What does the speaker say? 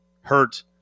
hurt